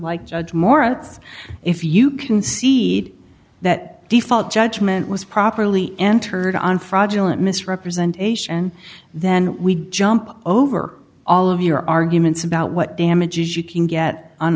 like morath if you concede that default judgment was properly entered on fraudulent misrepresentation then we jump over all of your arguments about what damages you can get an